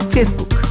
Facebook